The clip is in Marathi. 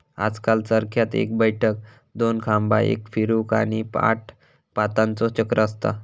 आजकल चरख्यात एक बैठक, दोन खांबा, एक फिरवूक, आणि आठ पातांचा चक्र असता